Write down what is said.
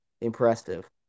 impressive